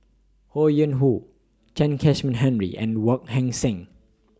Ho Yuen Hoe Chen Kezhan Henri and Wong Heck Sing